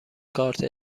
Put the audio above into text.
کارت